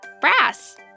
Brass